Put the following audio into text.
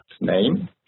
name